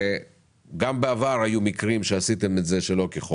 גם בעבר היו מקרים שעשיתם את זה לא כחוק,